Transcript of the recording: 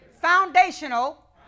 foundational